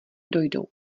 dojdou